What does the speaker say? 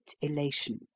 elation